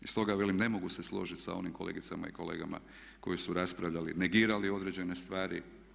Stoga velim ne mogu se složiti sa onim kolegicama i kolegama koji su raspravljali i negirali određene stvari.